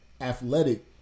athletic